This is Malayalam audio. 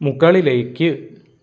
മുകളിലേക്ക്